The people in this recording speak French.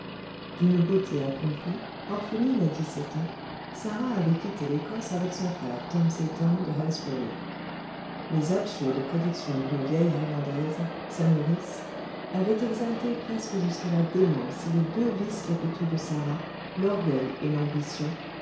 d'une beauté accomplie orpheline à dix-sept ans sarah avait quitté l'écosse avec son frère tom seyton de halsbury les absurdes prédictions d'une vieille highlandaise sa nourrice avaient exalté presque jusqu'à la démence les deux vices capitaux de sarah l'orgueil et l'ambition